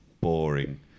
boring